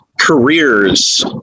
careers